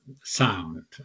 sound